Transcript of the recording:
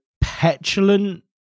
petulant